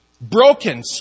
broken